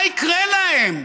מה יקרה להם?